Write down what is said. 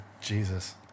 Jesus